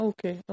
Okay